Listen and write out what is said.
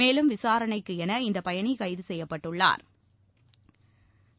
மேலும் விசாரணைக்கு என இந்த பயணி கைது செய்யப்பட்டுள்ளாா்